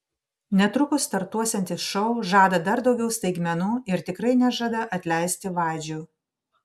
netrukus startuosiantis šou žada dar daugiau staigmenų ir tikrai nežada atleisti vadžių